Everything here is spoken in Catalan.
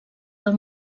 del